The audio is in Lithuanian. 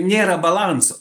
nėra balanso